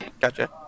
gotcha